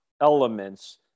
elements